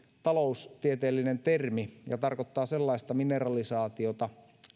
taloustieteellinen termi ja tarkoittaa sellaista mineralisaatiota